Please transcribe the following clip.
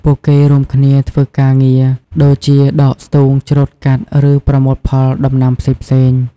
ពួកគេរួមគ្នាធ្វើការងារដូចជា ដកស្ទូង ច្រូតកាត់ ឬ ប្រមូលផល ដំណាំផ្សេងៗ។